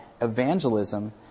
evangelism